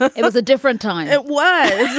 it was a different time. it was.